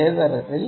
അതേ തരത്തിൽ